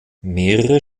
mehrere